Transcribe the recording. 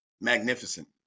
Magnificent